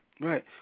Right